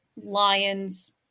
Lions